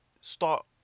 start